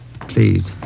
Please